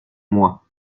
moi